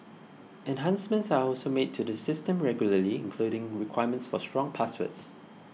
enhancements are also made to the system regularly including requirements for strong passwords